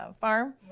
farm